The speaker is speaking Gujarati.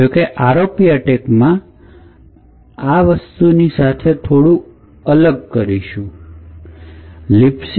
જોકે ROP એટેકમાં સાથે આ વસ્તુ થોડી અલગ રીતે કરીશું